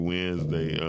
Wednesday